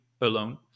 alone